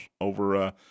over, –